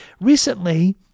recently